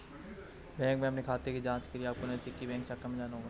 bank में अपने खाते की जांच के लिए अपको नजदीकी बैंक शाखा में जाना होगा